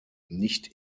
nicht